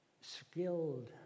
Skilled